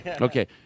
Okay